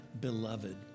beloved